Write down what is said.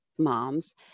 Moms